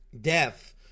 Death